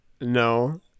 No